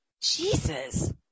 Jesus